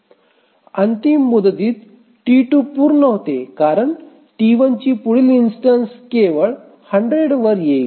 अंतिम मुदतीत T2 पूर्ण होते कारण T1 ची पुढील इन्स्टन्स केवळ 100 वर येईल